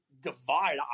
divide